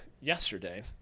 yesterday